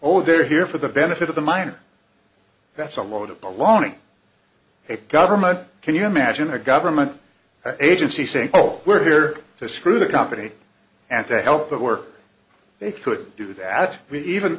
oh they're here for the benefit of the miner that's a load of belonging a government can you imagine a government agency saying oh we're here to screw the company and to help that work they could do that